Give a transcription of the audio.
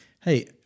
Hey